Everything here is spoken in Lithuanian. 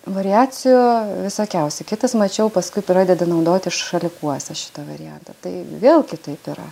variacijų visokiausių kitas mačiau paskui pradeda naudoti šalikuose šitą variantą tai vėl kitaip yra